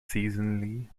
seasonally